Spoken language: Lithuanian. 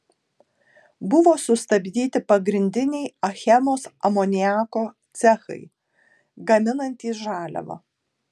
buvo sustabdyti pagrindiniai achemos amoniako cechai gaminantys žaliavą